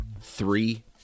Three